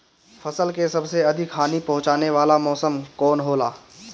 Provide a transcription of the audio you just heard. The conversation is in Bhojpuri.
फसल के सबसे अधिक हानि पहुंचाने वाला मौसम कौन हो ला?